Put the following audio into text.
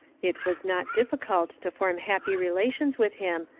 it was not difficult to form happy relations with him,